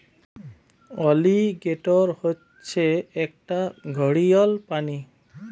alligator হচ্ছে একটা ঘড়িয়াল প্রাণী